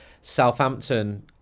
Southampton